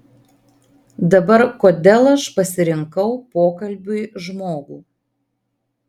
dabar kodėl aš pasirinkau pokalbiui žmogų